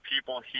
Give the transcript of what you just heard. people